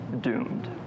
doomed